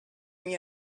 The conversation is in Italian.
mio